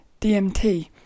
DMT